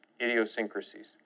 idiosyncrasies